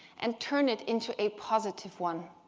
and turn it into a positive one.